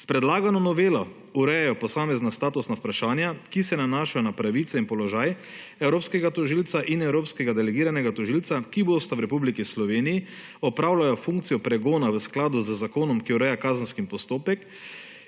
S predlagano novelo urejajo posamezna statusna vprašanja, ki se nanašajo na pravice in položaj evropskega tožilca in evropskega delegiranega tožilca, ki bosta v Republiki Sloveniji opravljala funkcijo pregona v skladu z zakonom, ki ureja kazenski postopek,